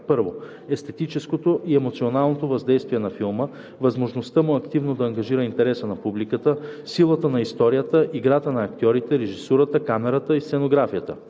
1. естетическото и емоционалното въздействие на филма, възможността му активно да ангажира интереса на публиката, силата на историята, играта на актьорите, режисурата, камерата и сценографията;